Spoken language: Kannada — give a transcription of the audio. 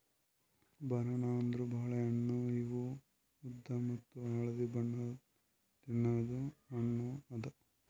ಬನಾನಾ ಅಂದುರ್ ಬಾಳೆ ಹಣ್ಣ ಇವು ಉದ್ದ ಮತ್ತ ಹಳದಿ ಬಣ್ಣದ್ ತಿನ್ನದು ಹಣ್ಣು ಅದಾ